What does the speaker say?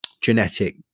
genetic